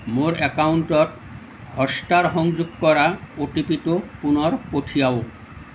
মোৰ একাউণ্টত হটষ্টাৰ সংযোগ কৰা অ'টিপিটো পুনৰ পঠিৱাওক